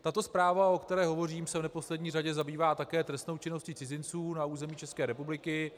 Tato zpráva, o které hovořím, se v neposlední řadě zabývá také trestnou činností cizinců na území České republiky.